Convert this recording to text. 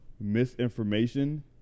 misinformation